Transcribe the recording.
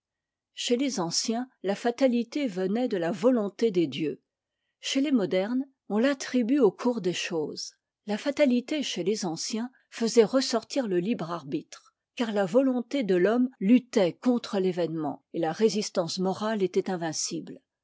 chez les anciens la fatalité venait de la volonté des dieux chez les modernes on l'attribue au eours des choses la fatalité chez les anciens faisait ressortir le libre arbitre car la volonté de l'homme juttait contre l'événement et la résistance morale était invincible